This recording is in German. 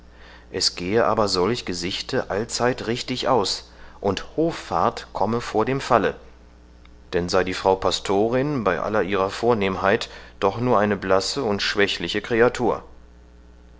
es gehe aber solch gesichte allzeit richtig aus und hoffart komme vor dem falle denn sei die frau pastorin bei aller ihrer vornehmheit doch nur eine blasse und schwächliche kreatur